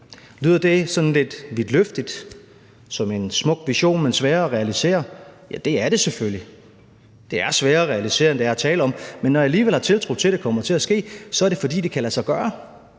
Lyder det lidt vidtløftigt, som en smuk vision, der er svær at realisere? Ja, det er det selvfølgelig. Det er sværere at realisere end at tale om, men når jeg alligevel har tiltro til, at det kommer til at ske, så er det, fordi det kan lade sig gøre.